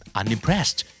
unimpressed